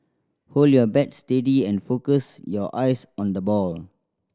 hold your bat steady and focus your eyes on the ball